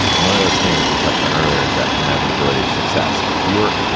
one of those things that we touched on earlier is that inevitability of success. if you are